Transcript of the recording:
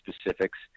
specifics